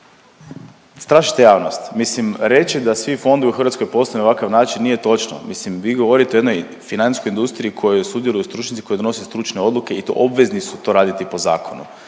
Strašite javnost, mislim reći da svi fondovi u Hrvatskoj postoje na ovakav način nije točno. Mislim vi govorite o jednoj financijskoj industriji u kojoj sudjeluju stručnjaci koji donose stručne odluke i to obvezni su to raditi po zakonu.